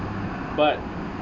but